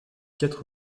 quatre